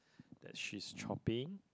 that she's chopping